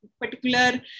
particular